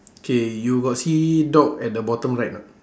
K you got see dog at the bottom right or not